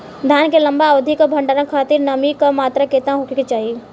धान के लंबा अवधि क भंडारण खातिर नमी क मात्रा केतना होके के चाही?